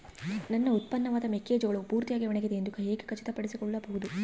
ನನ್ನ ಉತ್ಪನ್ನವಾದ ಮೆಕ್ಕೆಜೋಳವು ಪೂರ್ತಿಯಾಗಿ ಒಣಗಿದೆ ಎಂದು ಹೇಗೆ ಖಚಿತಪಡಿಸಿಕೊಳ್ಳಬಹುದು?